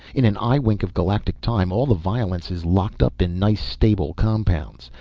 in an eye-wink of galactic time all the violence is locked up in nice, stable compounds.